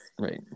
Right